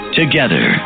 together